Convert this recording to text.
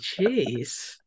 Jeez